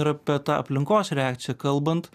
ir apie tą aplinkos reakciją kalbant